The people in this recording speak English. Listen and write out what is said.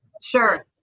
Sure